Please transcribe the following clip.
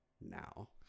now